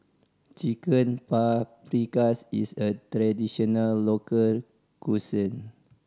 Chicken Paprikas is a traditional local cuisine